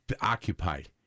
occupied